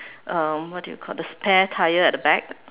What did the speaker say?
uh what do you call the spare tyre at the back